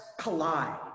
collide